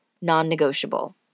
non-negotiable